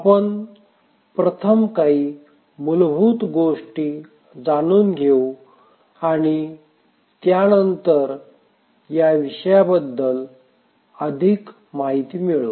आपण प्रथम काही मूलभूत गोष्टी जाणून घेऊ आणि त्यानंतर या विषयाबद्दल अधिक माहिती मिळवू